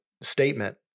statement